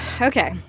Okay